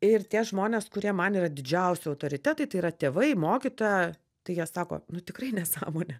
ir tie žmonės kurie man yra didžiausi autoritetai tai yra tėvai mokytoja tai jie sako nu tikrai nesąmonė